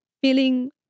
feeling